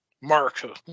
Marco